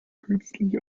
künstlich